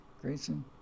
Grayson